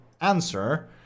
answer